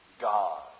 God